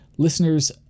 Listeners